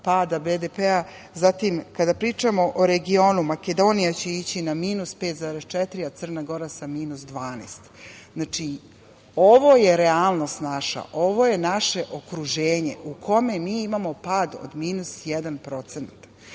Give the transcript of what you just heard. pada BDP. Zatim, kada pričamo o regionu Makedonija će ići na minus 5,4%, a Crna Gora sa minus 12%.Ovo je realnost naša. Ovo je naše okruženje u kome mi imamo pad od minus 1%